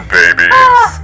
babies